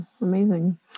amazing